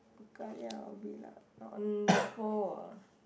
bao ka liao I'll be like oh on the ball ah